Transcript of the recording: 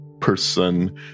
person